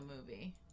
movie